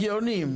הגיוני.